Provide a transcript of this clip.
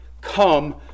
come